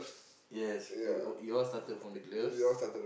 yes it wi~ it all started from the gloves